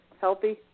healthy